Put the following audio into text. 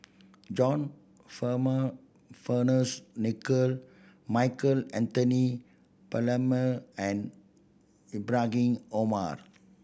John Farmer Fearns Nicoll Michael Anthony Palmer and Ibrahim Omar